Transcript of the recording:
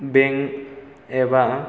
bank एबा